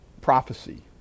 prophecy